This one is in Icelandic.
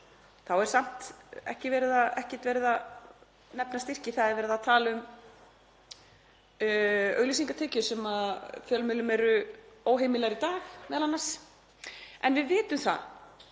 þá er samt ekkert verið að nefna styrki, það er verið að tala um auglýsingatekjur sem fjölmiðlum eru óheimilar í dag m.a. En við vitum það,